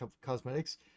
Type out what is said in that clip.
cosmetics